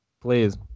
please